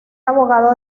abogado